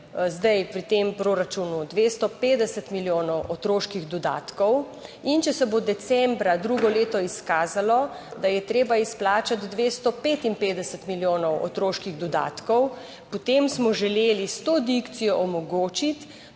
zdaj pri tem proračunu 250 milijonov otroških dodatkov, in če se bo decembra drugo leto izkazalo, da je treba izplačati 255 milijonov otroških dodatkov, potem smo želeli s to dikcijo omogočiti,